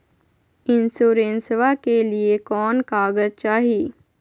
इंसोरेंसबा के लिए कौन कागज चाही?